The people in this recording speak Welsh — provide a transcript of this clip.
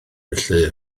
felly